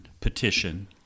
petition